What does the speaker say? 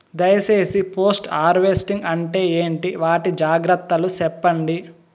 దయ సేసి post harvesting అంటే ఏంటి? వాటి జాగ్రత్తలు సెప్పండి?